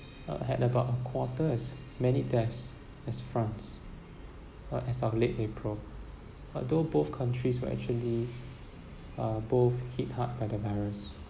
uh had about a quarter as many deaths as france uh as of late april although both countries were actually uh both hit hard by the virus